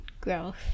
growth